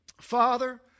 Father